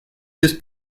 his